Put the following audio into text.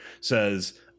says